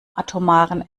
atomaren